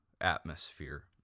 atmosphere